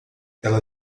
ela